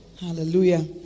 Hallelujah